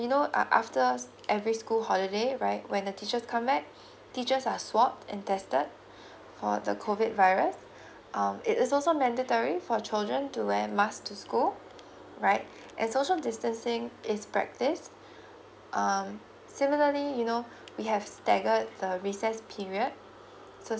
you know uh after every school holiday right when the teacher come back teachers are swabbed and tested for the COVID virus um is it also mandatory for children to wear mask to school right and social distancing is practiced um similarly you know we have staggered the recess period say